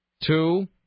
two